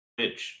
Bitch